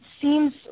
seems